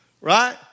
right